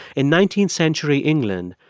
in nineteenth century england,